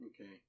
Okay